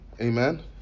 amen